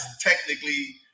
technically –